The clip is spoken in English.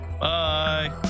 Bye